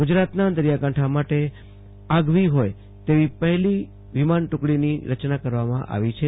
ગુજરાતના દરિયા કાંઠા માટે આગવી હોય તેવી પહેલી વિમાન ટુકડીની રચના કરવામાં આવી છે